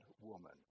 woman